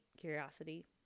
curiosity